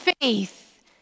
faith